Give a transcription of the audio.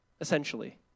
essentially